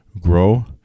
grow